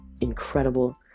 incredible